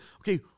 Okay